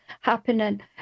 happening